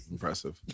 Impressive